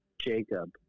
Jacob